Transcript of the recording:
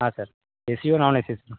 ಹಾಂ ಸರ್ ಎ ಸಿಯೋ ನಾನ್ ಎ ಸಿ